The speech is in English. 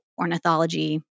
ornithology